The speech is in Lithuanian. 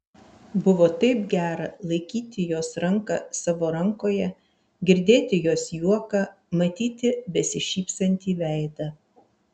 buvo taip gera laikyti jos ranką savo rankoje girdėt jos juoką matyti besišypsantį veidą